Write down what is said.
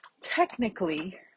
technically